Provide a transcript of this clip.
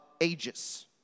ages